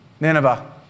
Nineveh